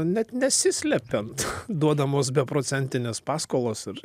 net nesislepiant duodamos beprocentinės paskolos ir